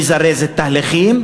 מזרזת תהליכים,